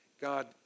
God